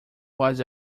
was